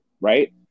right